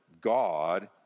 God